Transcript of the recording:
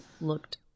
looked